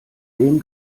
dem